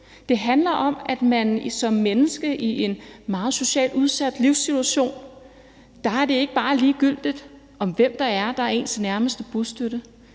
det handler om, at for et menneske i en meget socialt udsat livssituation er det ikke bare ligegyldigt, hvem der er ens nærmeste bostøtte.